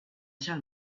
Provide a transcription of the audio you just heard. shall